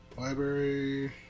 Library